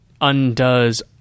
undoes